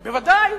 בוודאי,